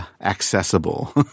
accessible